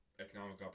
economic